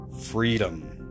freedom